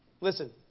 Listen